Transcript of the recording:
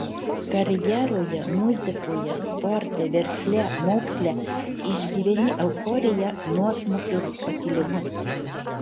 karjeroje muzikoje sporte versle moksle išgyveni euforiją nuosmukius pakilimus